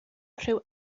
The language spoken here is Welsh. rhyw